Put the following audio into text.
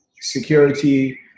security